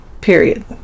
period